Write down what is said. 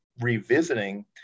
revisiting